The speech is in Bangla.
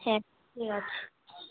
হ্যাঁ ঠিক আছে